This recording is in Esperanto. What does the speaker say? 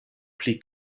pli